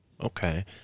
Okay